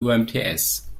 umts